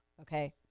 okay